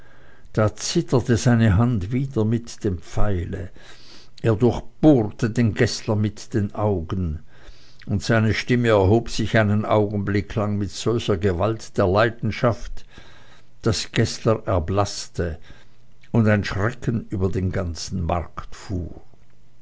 da zitterte seine hand wieder mit dem pfeile er durchbohrte den geßler mit den augen und seine stimme erhob sich einen augenblick lang mit solcher gewalt der leidenschaft daß geßler erblaßte und ein schrecken über den ganzen markt fuhr